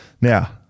now